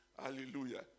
hallelujah